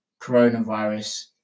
coronavirus